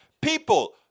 People